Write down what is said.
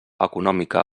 econòmica